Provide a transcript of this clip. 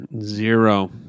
Zero